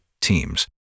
teams